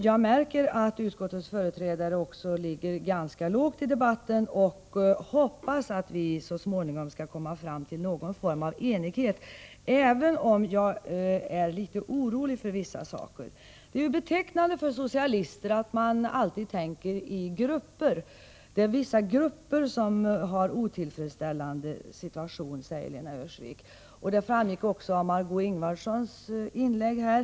Jag märker också att utskottets företrädare ligger ganska lågt i debatten, och jag hoppas att vi så småningom skall komma fram till någon form av enighet, även om jag är litet orolig på vissa punkter. Det är betecknande för socialister att de alltid tänker på grupper i stället för individer — det är vissa grupper som har en otillfredsställande situation, säger Lena Öhrsvik — och detta framgick också av Margé Ingvardssons inlägg här.